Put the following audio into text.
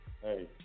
Hey